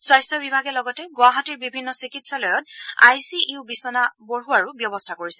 স্বাস্থ্য বিভাগে লগতে গুৱাহাটীৰ বিভিন্ন চিকিৎসালয়ত আই চি ইউ বিচনা বঢ়োৱাৰো ব্যৱস্থা কৰিছে